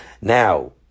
Now